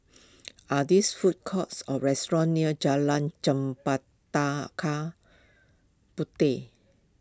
are food courts or restaurants near Jalan Puteh